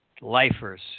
lifers